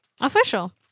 Official